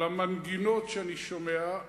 על המנגינות שאני שומע,